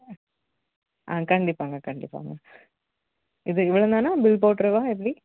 ம் ஆ கண்டிப்பாங்க கண்டிப்பாங்க இது இவ்வளோ தானா பில் போட்டுருவா எப்படி